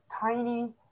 tiny